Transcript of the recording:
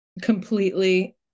completely